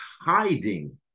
hiding